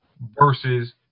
versus